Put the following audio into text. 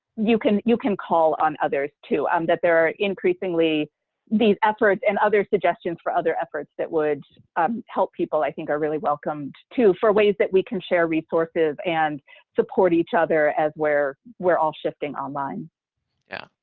you can you can call on others too, um that there are increasingly these efforts, and other suggestions for other efforts that would um help people i think are really welcomed too, for ways that we can share resources and support each other as we're we're all shifting online. mike yeah,